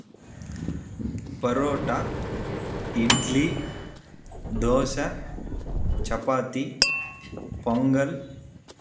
paratha idli dosa chapati pongal